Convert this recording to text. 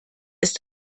ist